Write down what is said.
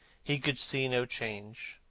he could see no change,